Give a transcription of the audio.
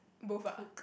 both ah